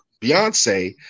Beyonce